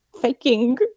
faking